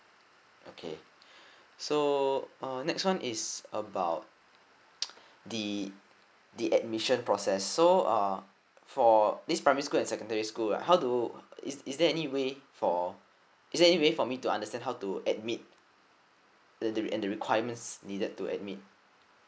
okay so uh next one is about the the admission process so uh for this primary school and secondary school right how do is is there any way for is there any way for me to understand how to admit the and the requirements needed to admit